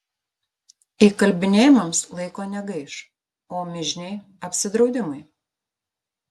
įkalbinėjimams laiko negaiš o mižniai apsidraudimui